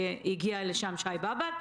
שהגיע לשם שי באב"ד,